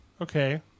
okay